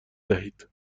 دهید